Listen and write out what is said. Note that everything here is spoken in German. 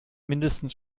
mindestens